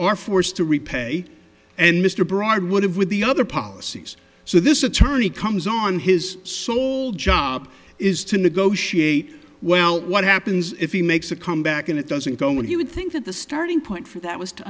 are forced to repay and mr broad would have with the other policies so this attorney comes on his sole job is to negotiate well what happens if he makes a comeback and it doesn't go and he would think that the starting point for that was to